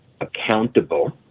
accountable